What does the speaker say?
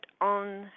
on